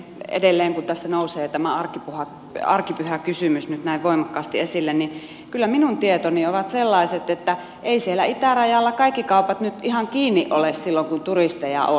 edelleen kun tässä nousee tämä arkipyhäkysymys nyt näin voimakkaasti esille niin kyllä minun tietoni ovat sellaiset että eivät siellä itärajalla kaikki kaupat nyt ihan kiinni ole silloin kun turisteja on